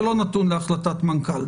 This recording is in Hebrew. זה לא נתון להחלטת מנכ"ל.